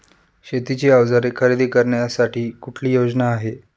शेतीची अवजारे खरेदी करण्यासाठी कुठली योजना आहे?